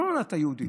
לא נולדת יהודי,